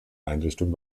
einrichtung